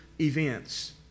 events